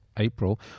april